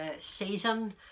season